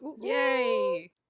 Yay